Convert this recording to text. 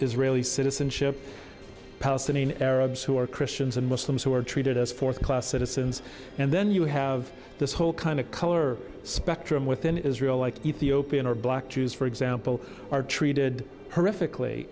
israeli citizenship palestinian arabs who are christians and muslims who are treated as fourth class citizens and then you have this whole kind of color spectrum within israel like ethiopian or black jews for example are true did horrifically